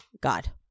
God